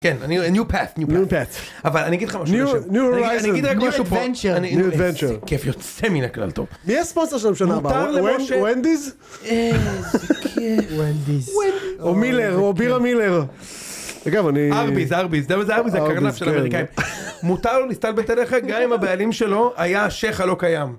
כן, a new path, new path, אבל אני אגיד לך משהו, new horizon, אני אגיד רק new adventure, כיף יוצא מן הכלל, מי הספונסר שלהם שנה הבאה? wendy's? איזה כיף.. wendy's. או מילר.. או בירה מילר, אגב אני.. ארביס ארביס. אתה יודע מי זה ארביס? זה הקרנף של האמריקאים. מותר לו להסתלבט עליכם גם עם הבעלים שלו היה השייח הלא קיים